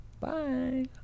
Bye